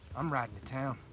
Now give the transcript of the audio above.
i'm riding to town.